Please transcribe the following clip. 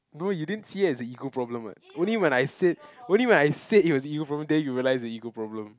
no you didn't see it as a ego problem what only when I said only when I said it was ego problem then you realize a ego problem